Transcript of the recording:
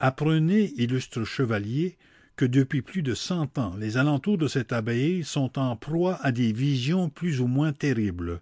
apprenez illustres chevaliers que depuis plus de cent ans les alentours de cette abbaye sont en proie à des visions plus ou moins terribles